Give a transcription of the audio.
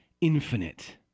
infinite